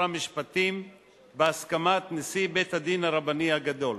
המשפטים בהסכמת נשיא בית-הדין הרבני הגדול.